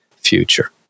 future